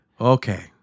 Okay